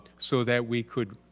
so that we could